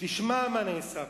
תשמע מה נעשה פה,